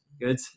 Good